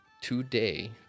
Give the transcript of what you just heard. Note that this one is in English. Today